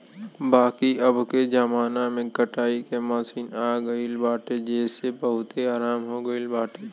बाकी अबके जमाना में कटाई के मशीन आई गईल बाटे जेसे बहुते आराम हो गईल बाटे